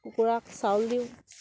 কুকুৰাক চাউল দিওঁ